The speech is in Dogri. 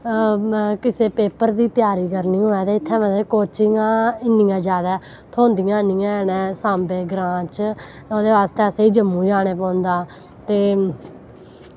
कुसै पेपर दी त्यारी करनी होऐ ते इत्थै पेपर दियां इन्नी जादै थ्होंदियां निं हैन सांबा बिच ओह्दे बास्तै असेंगी जम्मू जाना पौंदा